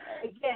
again